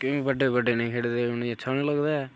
क्य़ों बड्डे बड्डे निं खेढदे उ'नें गी अच्छा निं लगदा ऐ